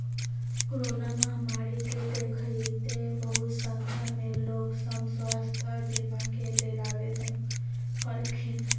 corona महामारी के देखइते बहुते संख्या में लोग सभ स्वास्थ्य बीमा के लेल आवेदन कलखिन्ह